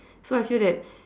so I feel that